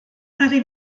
ddaru